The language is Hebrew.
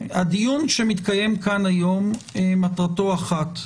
הדיון שמתקיים כאן היום, מטרתו אחת: